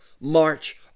march